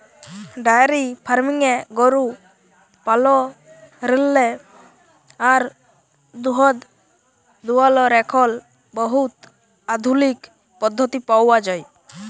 diary ফার্মিংয়ে গরু পাললেরলে আর দুহুদ দুয়ালর এখল বহুত আধুলিক পদ্ধতি পাউয়া যায়